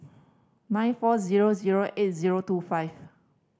nine four zero zero eight zero two five